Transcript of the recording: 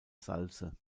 salze